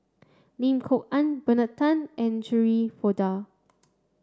Lim Kok Ann Bernard Tan and Shirin Fozdar